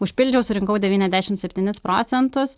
užpildžiau surinkau devyniasdešimt septynis procentus